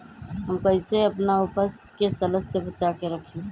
हम कईसे अपना उपज के सरद से बचा के रखी?